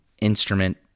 instrument